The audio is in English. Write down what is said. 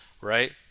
right